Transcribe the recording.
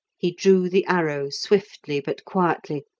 he drew the arrow swiftly but quietly,